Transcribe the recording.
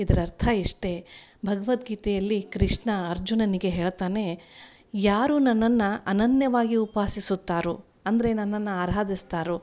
ಇದ್ರ ಅರ್ಥ ಇಷ್ಟೇ ಭಗವದ್ಗೀತೆಯಲ್ಲಿ ಕೃಷ್ಣ ಅರ್ಜುನನಿಗೆ ಹೇಳ್ತಾನೆ ಯಾರು ನನ್ನನ್ನು ಅನನ್ಯವಾಗಿ ಉಪಾಸಿಸುತ್ತಾರೊ ಅಂದರೆ ನನ್ನನ್ನು ಆರಾಧಿಸ್ತಾರೋ